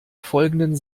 folgenden